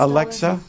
Alexa